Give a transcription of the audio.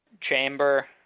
Chamber